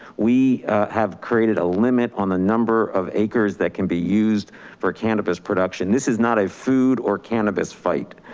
we have created a limit on the number of acres that can be used for cannabis production. this is not a food or cannabis fight.